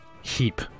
heap